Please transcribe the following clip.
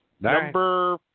Number